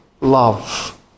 love